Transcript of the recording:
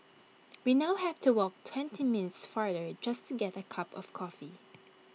we now have to walk twenty minutes farther just to get A cup of coffee